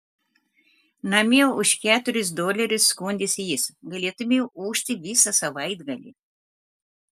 namie už keturis dolerius skundėsi jis galėtumei ūžti visą savaitgalį